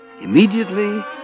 Immediately